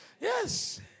Yes